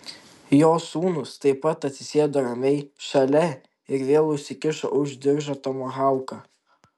jo sūnus taip pat atsisėdo ramiai šalia ir vėl užsikišo už diržo tomahauką